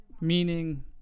Meaning